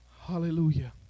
Hallelujah